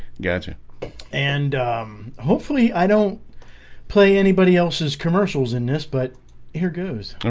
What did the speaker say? gotcha and hopefully i don't play anybody else's commercials in this but here goes ah